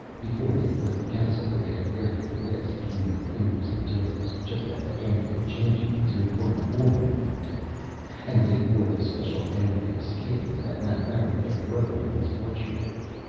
before they'd left the castle, they had grafted webs between their fingers and toes just as amphib-changelings who weren't born with them, did and they wore the special amphib skins that mapfarity had grown in his fleshforge.